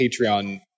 Patreon